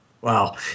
Wow